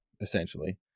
essentially